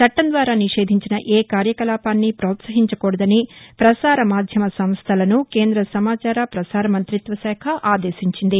చట్టం ద్వారా నిషేధించిన ఏ కార్యకలాపాన్నీ ప్రోత్సహించకూడదని పసార మాధ్యమ సంస్థలను కేంద్ర సమాచార ప్రపసార మంగ్రతిత్వశాఖ ఆదేశించింది